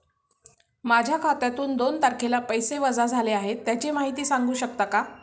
माझ्या खात्यातून दोन तारखेला पैसे वजा झाले आहेत त्याची माहिती सांगू शकता का?